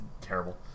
terrible